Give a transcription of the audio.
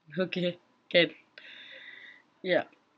okay can ya